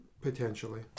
Potentially